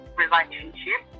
relationship